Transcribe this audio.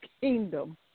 kingdom